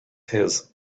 his